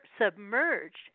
submerged